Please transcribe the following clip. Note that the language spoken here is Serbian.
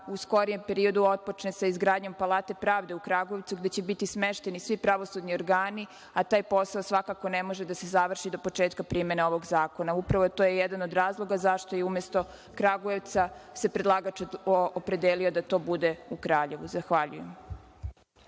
u skorijem periodu otpočne sa izgradnjom Palate pravde u Kragujevcu, gde će biti smešteni svi pravosudni organi, a taj posao svakako ne može da se završi do početka primene ovog zakona. Upravo to je jedan od razloga zašto se umesto Kragujevca predlagač opredelio da to bude u Kraljevu. Zahvaljujem.